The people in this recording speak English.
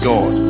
God